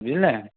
বুঝলে